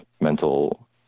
mental